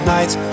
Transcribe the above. Nights